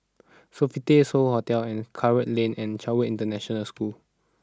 Sofitel So Hotel and Karikal Lane and Chatsworth International School